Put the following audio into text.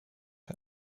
him